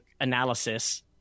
analysis